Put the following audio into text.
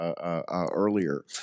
earlier